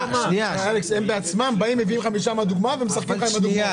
הם בעצמם מביאים דוגמה משם ומשחקים לך על הדוגמה.